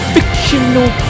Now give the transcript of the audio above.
Fictional